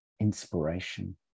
inspiration